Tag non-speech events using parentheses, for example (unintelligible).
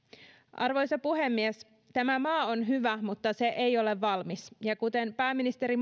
arvoisa puhemies tämä maa on hyvä mutta se ei ole valmis ja kuten pääministeri (unintelligible)